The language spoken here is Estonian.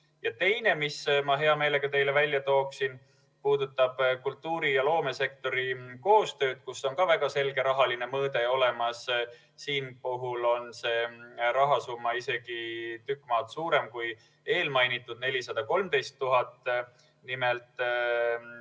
[aspekt], mis ma hea meelega teile välja tooksin, puudutab kultuuri ja loomesektori koostööd, kus on ka väga selge rahaline mõõde olemas. Selle puhul on rahasumma isegi tükk maad suurem kui eelmainitud 413 000. Nimelt kulub